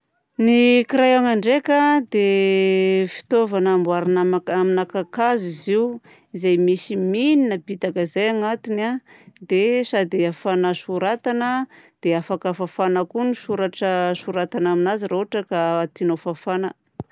Ny crayon ndraika a dia fitaovana amboarina ama- amina kakazo izy io izay misy mine apitaka izay agnatiny a dia sady ahafahana soratana dia afaka fafana koa ny soratra soratana aminazy raha ohatra ka tianao ho fafana.